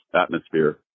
atmosphere